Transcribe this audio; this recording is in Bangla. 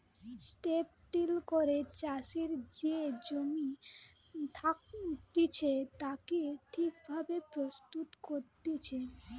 স্ট্রিপ টিল করে চাষের যে জমি থাকতিছে তাকে ঠিক ভাবে প্রস্তুত করতিছে